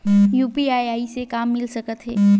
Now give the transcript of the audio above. UPI से का मिल सकत हे?